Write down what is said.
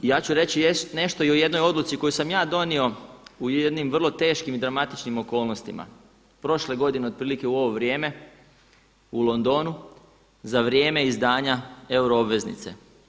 Ja ću reći nešto i o jednoj odluci koju sam ja donio u jednim vrlo teškim i dramatičnim okolnostima, prošle godine otprilike u ovo vrijeme u Londonu za vrijeme izdanja euro obveznice.